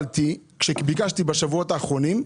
כשביקשתי בשבועות האחרונים נתונים,